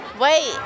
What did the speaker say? Wait